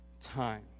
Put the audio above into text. time